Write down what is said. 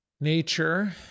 nature